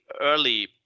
early